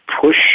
push